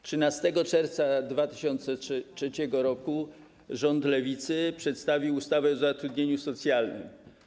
13 czerwca 2003 r. rząd Lewicy przedstawił ustawę o zatrudnieniu socjalnym.